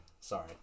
sorry